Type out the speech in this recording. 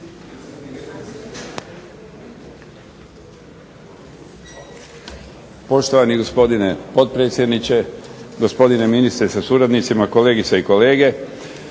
Poštovani gospodine potpredsjedniče, gospodine ministre sa suradnicima, kolegice i kolege.